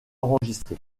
enregistré